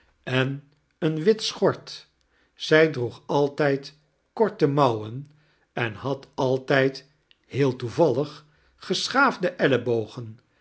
en eene witte schort zij droeg altijd korte monwen en had altijd heel toevallag geschaafde ellebogen